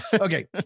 Okay